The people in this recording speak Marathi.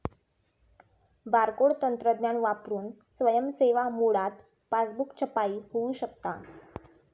बारकोड तंत्रज्ञान वापरून स्वयं सेवा मोडात पासबुक छपाई होऊ शकता